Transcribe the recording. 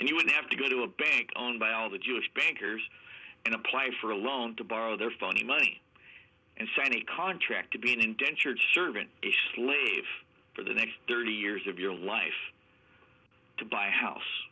and you would have to go to a bank owned by all the jewish bankers and apply for a loan to borrow their funny money and sign a contract to be an indentured servant a slave for the next thirty years of your life to buy a house